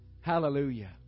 Hallelujah